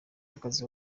akazi